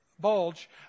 bulge